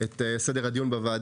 לגבי מה שאתה העלית, חבר הכנסת בצלאל